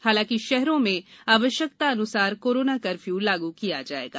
हालांकि शहरों में आवश्यकता अनुसार कोरोना कर्फ्यू लागू किया जाएगा